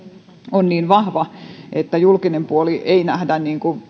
on niin vahva että julkista puolta ei nähdä